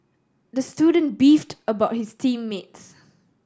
the student beefed about his team mates